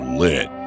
lit